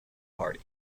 party